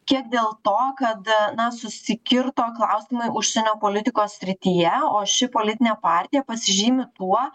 kiek dėl to kad na susikirto klausimai užsienio politikos srityje o ši politinė partija pasižymi tuo